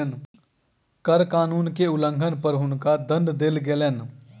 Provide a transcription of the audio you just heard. कर कानून के उल्लंघन पर हुनका दंड देल गेलैन